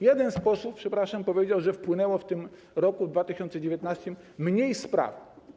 Jeden z posłów, przepraszam, powiedział, że wpłynęło w roku 2019 r. mniej spraw.